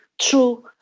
true